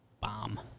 Bomb